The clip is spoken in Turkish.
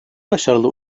başarılı